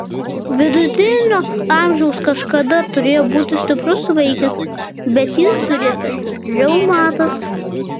vidutinio amžiaus kažkada turėjo būti stiprus vaikis bet jį surietė reumatas